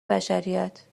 بشریت